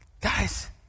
Guys